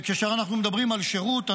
כשאנחנו מדברים על שירות,